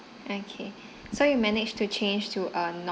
okay so you managed to change to err